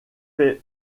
fait